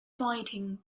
fighting